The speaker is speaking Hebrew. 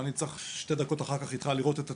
אני צריך לראות את הציוד,